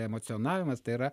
emocionavimas tai yra